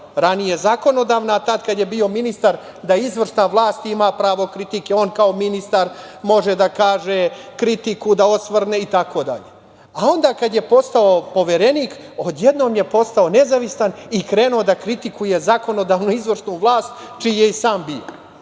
ranije zakonodavna, a tad kad je bio ministar, da izvršna vlast imam pravo kritike, on, kao ministar može da kaže, kritikuje, da osvrne itd. Onda kada je postao poverenik, od jednom je postao nezavisan i krenuo da kritikuje zakonodavnu i izvršnu vlast, čiji je i sam bio.